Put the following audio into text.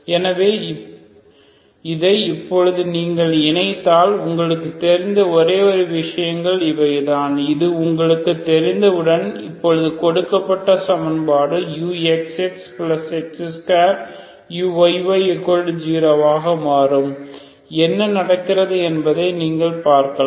எனவே இதை இப்போது நீங்கள் இணைத்தால் உங்களுக்குத் தெரிந்த ஒரே விஷயங்கள் இவைதான் இது உங்களுக்குத் தெரிந்தவுடன் இப்போது கொடுக்கப்பட்ட சமன்பாடு uxxx2uyy0 ஆக மாறும் என்ன நடக்கிறது என்பதை நீங்கள் பார்க்கலாம்